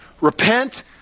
Repent